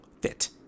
fit